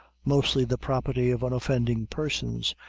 mostly the property of unoffending persons,